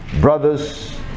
brothers